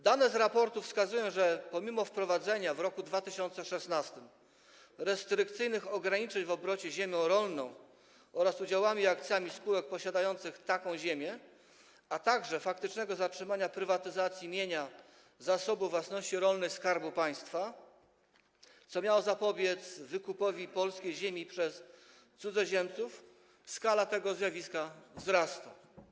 Dane zawarte w raporcie wskazują, że pomimo wprowadzenia w roku 2016 restrykcyjnych ograniczeń w obrocie ziemią rolną oraz udziałami i akcjami spółek posiadających taką ziemię, a także faktycznego zatrzymania prywatyzacji mienia Zasobu Własności Rolnej Skarbu Państwa, co miało zapobiec wykupowi polskiej ziemi przez cudzoziemców, skala tego zjawiska wzrasta.